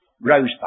rosebud